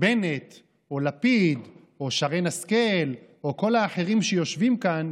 בנט או לפיד או שרן השכל או כל האחרים שיושבים כאן,